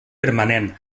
permanent